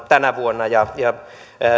tänä vuonna ja ja